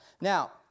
Now